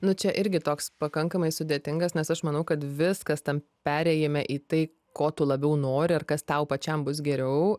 nu čia irgi toks pakankamai sudėtingas nes aš manau kad viskas tam perėjime į tai ko tu labiau nori ir kas tau pačiam bus geriau